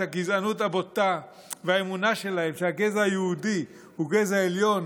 את הגזענות הבוטה והאמונה שלהם שהגזע היהודי הוא גזע עליון